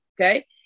Okay